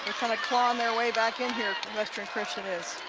kind of claug their way back in here, western christian is.